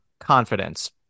confidence